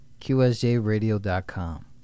qsjradio.com